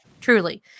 Truly